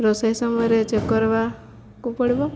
ରୋଷେଇ ସମୟରେ ଚେକ୍ କରିବାକୁ ପଡ଼ିବ